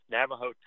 Navajo